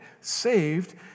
saved